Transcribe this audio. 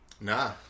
Nah